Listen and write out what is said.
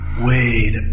Wait